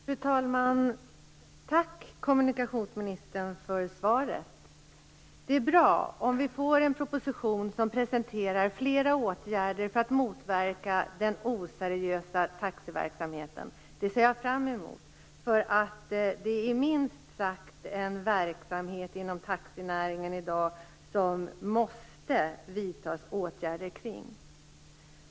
Fru talman! Tack, kommunikationsministern, för svaret. Det är bra om vi får en proposition som presenterar flera åtgärder för att motverka den oseriösa taxiverksamheten. Det ser jag fram emot, eftersom det i dag är en verksamhet inom taxinäringen som man måste vidta åtgärder mot.